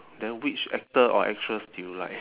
then which actor or actress do you like